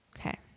Okay